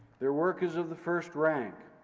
their work is of the first rank.